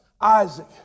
Isaac